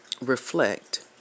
reflect